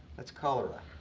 that's cholera.